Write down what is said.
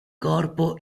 corpo